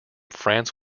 france